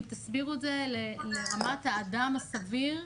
אם תסבירו את זה לרמת האדם הסביר,